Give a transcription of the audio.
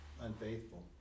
unfaithful